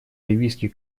ливийский